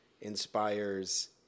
inspires